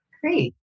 Great